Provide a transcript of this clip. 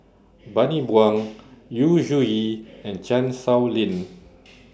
Bani Buang Yu Zhuye and Chan Sow Lin